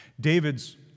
David's